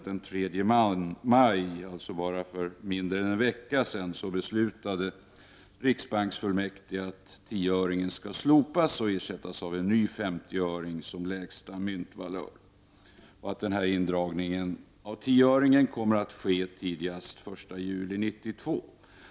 Den tredje maj, för mindre än en vecka sedan, beslutade riksbanksfullmäktige att tioöringen skall slopas och ersättas med en ny femtioöring som lägsta myntvalör. Indragningen av tioöringen kommer att ske tidigast den 1 juli 1992.